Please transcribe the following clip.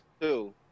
two